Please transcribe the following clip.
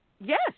Yes